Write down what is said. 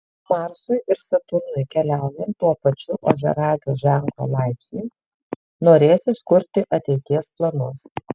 marsui ir saturnui keliaujant tuo pačiu ožiaragio ženklo laipsniu norėsis kurti ateities planus